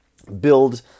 Build